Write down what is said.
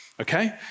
Okay